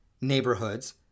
neighborhoods